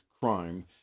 crime